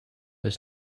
was